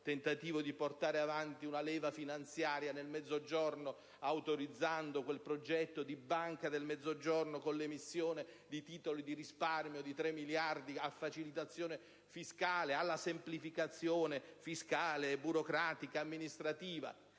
tentativo di portare avanti una leva finanziaria nel Mezzogiorno, autorizzando quel progetto di Banca del Mezzogiorno con l'emissione di titoli di risparmio di 3 miliardi a facilitazione fiscale, alla semplificazione fiscale, burocratica e amministrativa.